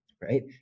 right